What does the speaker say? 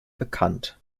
bekannt